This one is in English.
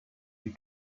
you